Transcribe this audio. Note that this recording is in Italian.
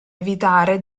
evitare